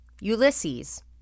Ulysses